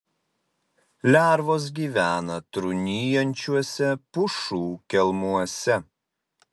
lervos gyvena trūnijančiuose pušų kelmuose